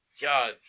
God